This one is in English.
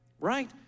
Right